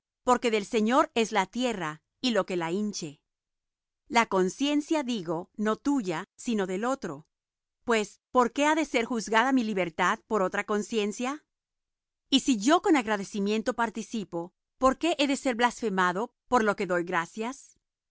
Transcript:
porque del señor es la tierra y lo que la hinche la conciencia digo no tuya sino del otro pues por qué ha de ser juzgada mi libertad por otra conciencia y si yo con agradecimiento participo por qué he de ser blasfemado por lo que doy gracias